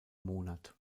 monat